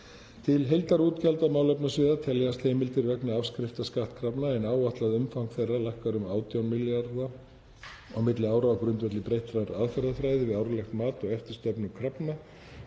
Til heildarútgjalda málefnasviða teljast heimildir vegna afskrifta skattkrafna en áætlað umfang þeirra lækkar um 18 milljarða kr. á milli ára á grundvelli breyttrar aðferðafræði við árlegt mat á eftirstöðvum krafna